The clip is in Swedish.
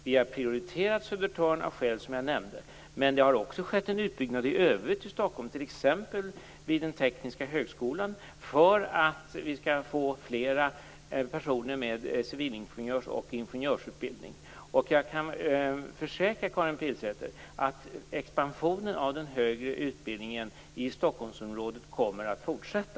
Vi har prioriterat Södertörn av skäl som jag nämnde, men det har också skett en utbyggnad i övrigt i Stockholm, t.ex. vid Tekniska högskolan, för att vi skall få flera personer med civilingenjörs och ingenjörsutbildning. Jag kan försäkra Karin Pilsäter att expansionen av den högre utbildningen i Stockholmsområdet kommer att fortsätta.